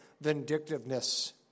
vindictiveness